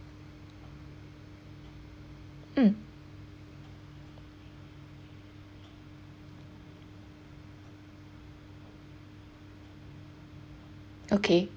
um okay